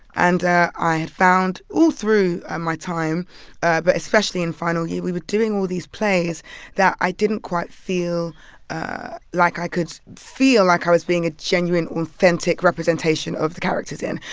and i i had found all through my time but especially in final year we were doing all these plays that i didn't quite feel like i could feel like i was being a genuine, authentic representation of the characters in.